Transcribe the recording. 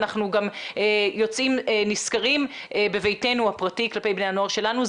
אנחנו גם יוצאים נשכרים בביתנו הפרטי כלפי בני הנוער שלנו.